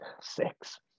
Six